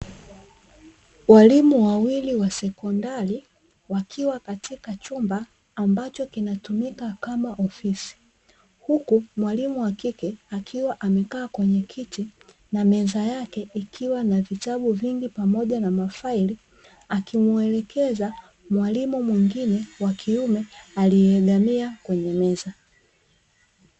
Walimu wawili wa sekondari wakiwa katika chumba ambacho kinatumika kama ofisi, huku mwalimu wa kike akiwa amekaa kwenye kiti na meza yake ikiwa na vitabu vingi, pamoja na mafaili, akimuelekeza mwalimu mwingine wa kiume aliyeegamia kwenye meza.